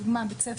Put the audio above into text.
לדוגמה בית ספר,